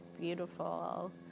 beautiful